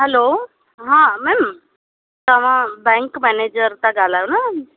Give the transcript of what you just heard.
हलो हा मेम तव्हां bank manager था ॻाल्हायो न